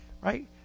Right